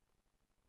הפנים.